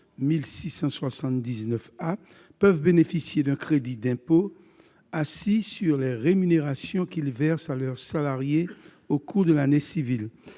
peuvent bénéficier d'un crédit d'impôt assis sur les rémunérations qu'ils versent à leurs salariés au cours de l'année civile